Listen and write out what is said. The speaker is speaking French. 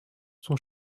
son